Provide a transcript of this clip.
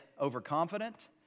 overconfident